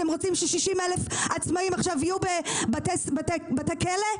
אתם רוצים ש-60,000 עצמאים יהיו עכשיו בבתי כלא?